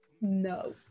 no